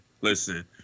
listen